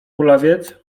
kulawiec